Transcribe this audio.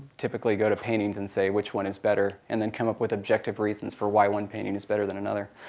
typically go to paintings and say which one is better, and then come up with objective reasons for why one painting is better than another.